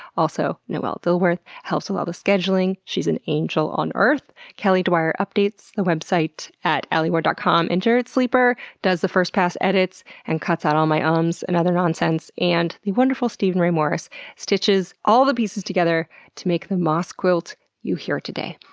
also noel dilworth helps with all the scheduling, she's an angel on earth. kelly dwyer updates the website at alieward dot com. and jarett sleeper does the first pass edits and cuts out all my ums and other nonsense. and the wonderful steven ray morris stitches all the pieces together to make the moss quilt you hear today.